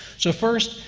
so, first,